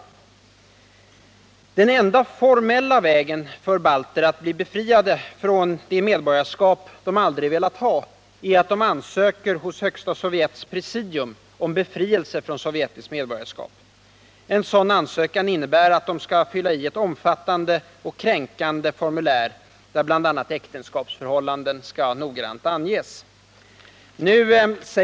Den enda formella vägen för balter att bli befriade från det medborgarskap de aldrig har velat ha är att de ansöker hos Högsta Sovjets presidium om befrielse från sovjetiskt medborgarskap. En sådan ansökan innebär att de skall fylla i ett omfattande och kränkande formulär, där bl.a. äktenskapsförhållanden noggrant skall anges.